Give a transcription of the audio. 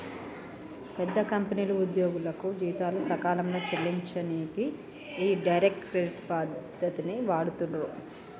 పెద్ద కంపెనీలు ఉద్యోగులకు జీతాలను సకాలంలో చెల్లించనీకి ఈ డైరెక్ట్ క్రెడిట్ పద్ధతిని వాడుతుర్రు